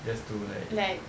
just to like